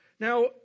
Now